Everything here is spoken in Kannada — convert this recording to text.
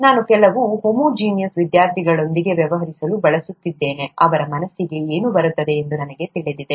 ನಾನು ಕೆಲವು ಹೋಮೋಜಿನಿಯಸ್ ವಿದ್ಯಾರ್ಥಿಗಳೊಂದಿಗೆ ವ್ಯವಹರಿಸಲು ಬಳಸುತ್ತಿದ್ದೇನೆ ಅವರ ಮನಸ್ಸಿಗೆ ಏನು ಬರುತ್ತದೆ ಎಂದು ನನಗೆ ತಿಳಿದಿದೆ